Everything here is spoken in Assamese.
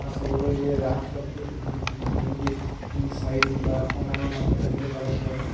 ৰাস চাবলৈ এই ৰাস আচলতে দুদিন তিনিদিনতে চাৰিদিন বা অসমৰ মানুহে তেনেকৈ পালন কৰে